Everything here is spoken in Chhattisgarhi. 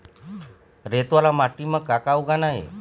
रेत वाला माटी म का का उगाना ये?